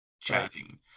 chatting